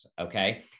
okay